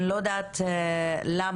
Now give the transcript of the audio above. אני לא יודעת למה,